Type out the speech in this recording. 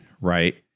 right